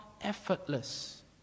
effortless